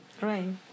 Right